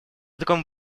такому